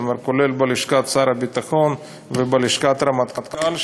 כולל בלשכת שר הביטחון ובלשכת רמטכ"ל.